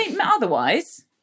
otherwise